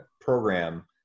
program